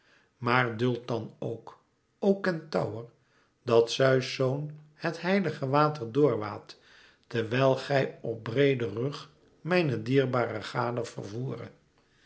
maar duld dan ook o kentaur dat zeus zoon het heilige water door waadt terwijl gij op breeden rug mijne dierbare gade vervoere